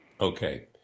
Okay